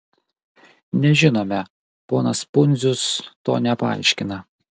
nežinome ponas pundzius to nepaaiškina